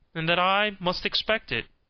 and that i must expect it.